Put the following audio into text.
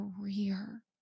career